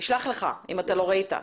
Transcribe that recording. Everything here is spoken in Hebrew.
אני אשלח לך אם אתה לא ראית.